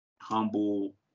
humble